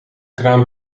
kraan